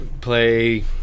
play